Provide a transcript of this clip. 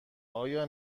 آیا